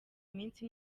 iminsi